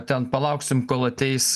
ten palauksim kol ateis